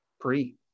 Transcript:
pre